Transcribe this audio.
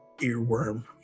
earworm